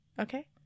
Okay